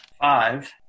five